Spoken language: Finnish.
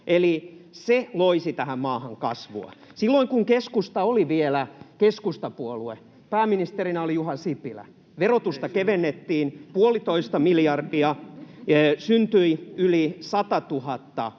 eli se loisi tähän maahan kasvua. Silloin, kun keskusta oli vielä keskustapuolue, pääministerinä oli Juha Sipilä, verotusta kevennettiin 1,5 miljardia, syntyi yli 100